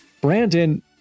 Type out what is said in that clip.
Brandon